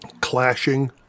Clashing